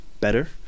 better